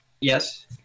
Yes